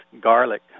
Garlic